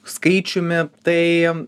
skaičiumi tai